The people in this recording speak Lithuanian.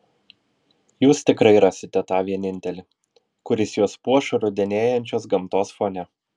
jūs tikrai rasite tą vienintelį kuris jus puoš rudenėjančios gamtos fone